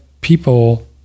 people